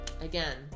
Again